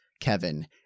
Kevin